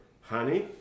honey